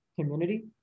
community